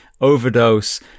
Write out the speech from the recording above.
overdose